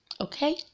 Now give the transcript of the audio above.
Okay